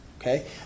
Okay